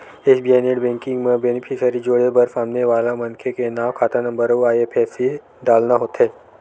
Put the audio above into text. SBI net banking म beneficiary जोड़े बर सामने वाला मनखे के नांव, खाता नंबर अउ आई.एफ.एस.सी डालना होथे